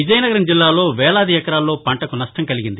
విజయనగరం జిల్లాలో వేలాది ఎకరాల్లో పంటకు నష్షం కలిగింది